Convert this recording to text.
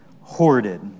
hoarded